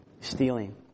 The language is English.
stealing